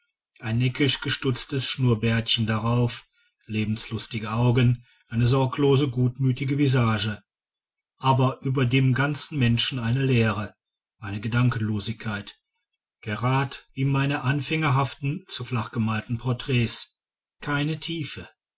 ein neckisch gestutztes schnurrbärtchen darauf lebenslustige augen eine sorglos gutmütige visage aber über dem ganzen menschen eine leere eine gedankenlosigkeit gerad wie meine anfängerhaften zu flach gemalten porträts keine tiefe